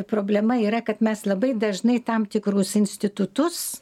problema yra kad mes labai dažnai tam tikrus institutus